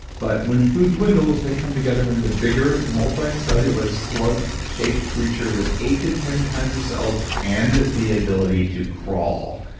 but when food dwindles they come together into bigger, multi-cellar slug shaped creature with eight to ten kinds of cells and the ability to crawl.